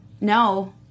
No